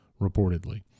reportedly